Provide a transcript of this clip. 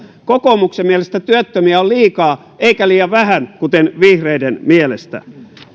kokoomuksen mielestä työttömiä on liikaa eikä liian vähän kuten vihreiden mielestä